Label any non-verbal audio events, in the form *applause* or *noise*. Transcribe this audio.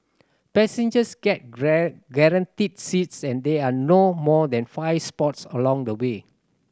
passengers get *unintelligible* guaranteed seats and there are no more than five spots along the way